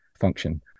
function